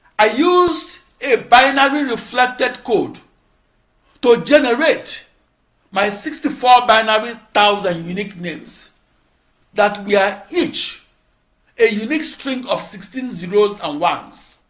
i used a binary reflected code to generate my sixty four binary thousand unique names that were each a unique string of sixteen zeroes and ah ones.